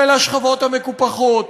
של השכבות המקופחות,